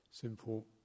simple